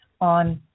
on